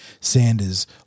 Sanders